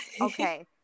Okay